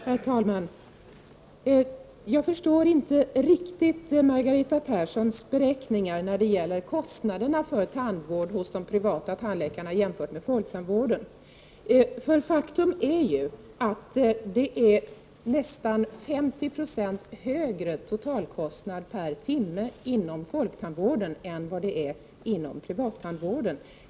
Herr talman! Jag förstår inte riktigt Margareta Perssons beräkningar beträffande kostnad för tandvård hos privata tandläkare jämfört med folktandvården. Faktum är att totalkostnaden per timme är nästan 50 96 högre inom folktandvården än inom privattandvården.